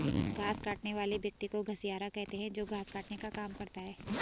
घास काटने वाले व्यक्ति को घसियारा कहते हैं जो घास काटने का काम करता है